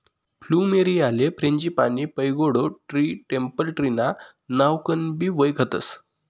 फ्लुमेरीयाले frangipani, pagoda tree, temple tree ना नावकनबी वयखतस